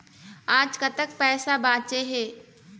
आज कतक पैसा बांचे हे?